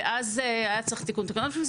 ואז היה צריך תיקון תקנות.